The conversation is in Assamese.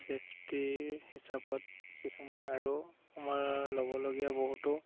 ছেফটিৰ হিচাপত কিছুমান আৰু আমাৰ ল'বলগীয়া বহুতো